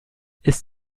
ist